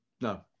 No